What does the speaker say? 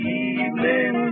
evening